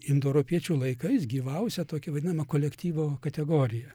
indoeuropiečių laikais gyvavusia tokia vadinama kolektyvo kategorija